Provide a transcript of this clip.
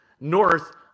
north